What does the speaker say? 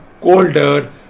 colder